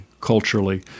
culturally